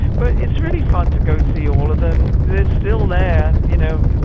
but it's really fun to go see all of them. they're still there. you know,